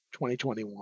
2021